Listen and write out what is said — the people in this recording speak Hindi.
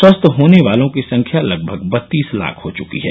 स्वस्थ होने वालों की संख्या लगभग बत्तीस लाख हो चुकी है